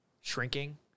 shrinking